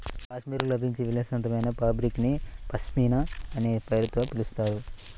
కాశ్మీర్లో లభించే విలాసవంతమైన ఫాబ్రిక్ ని పష్మినా అనే పేరుతో పిలుస్తారు